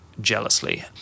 jealously